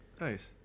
Nice